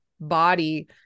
body